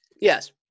Yes